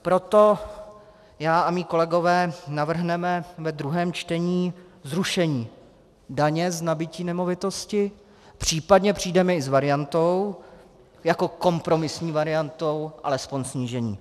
Proto já a mí kolegové navrhneme ve druhém čtení zrušení daně z nabytí nemovitosti, případně přijdeme i s variantou, jako kompromisní variantou, alespoň snížení.